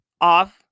off